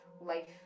life